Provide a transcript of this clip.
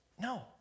No